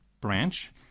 branch